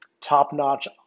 top-notch